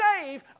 save